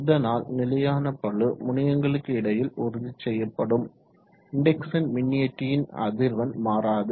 இதனால் நிலையான பளு முனையங்களுக்கு இடையில் உறுதிசெய்யப்படும் இன்டெக்சன் மின்னியற்றியின் அதிர்வெண் மாறாது